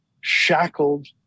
shackled